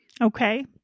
Okay